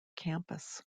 campus